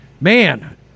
Man